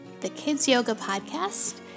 thekidsyogapodcast